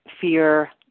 fear